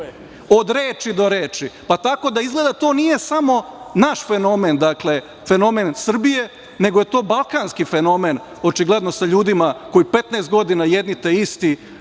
od reči do reči, pa tako da izgleda to nije samo naš fenomen, dakle, fenomen Srbije, nego je to balkanski fenomen očigledno sa ljudima koji 15 godina jedni te isti